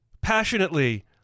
passionately